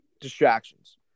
distractions